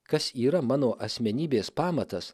kas yra mano asmenybės pamatas